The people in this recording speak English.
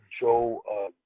Joe